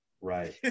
right